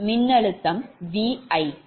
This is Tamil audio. மின்னழுத்தம் Vi